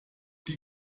die